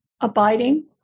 abiding